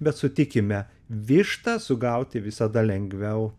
bet sutikime višta sugauti visada lengviau